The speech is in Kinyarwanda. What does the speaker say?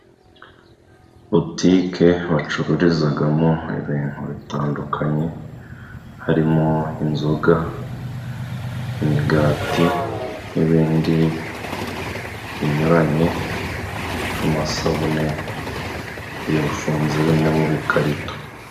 Botike bacururizamo ibintu bitandukanye harimo inzoga, imigati, n'ibindi binyuranye nk'amasabune, yo aba afunze ari mu bikarito.